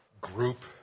group